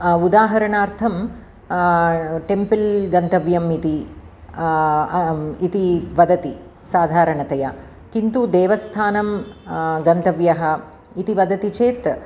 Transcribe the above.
उदाहरणार्थं टेम्पल् गन्तव्यम् इति इति वदति साधारणतया किन्तु देवस्थानं गन्तव्यः इति वदति चेत्